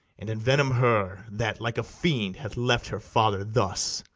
and envenom her that, like a fiend, hath left her father thus!